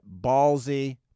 Ballsy